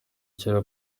kera